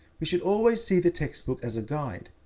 we should always see the textbook as a guide,